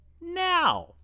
now